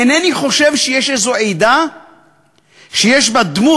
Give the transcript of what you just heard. אינני חושב שיש איזו עדה שיש בה דמות,